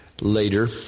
later